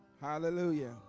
hallelujah